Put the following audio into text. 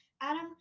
Adam